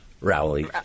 Rowley